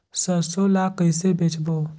सरसो ला कइसे बेचबो?